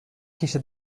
kişi